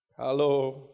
Hello